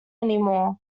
anymore